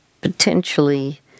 potentially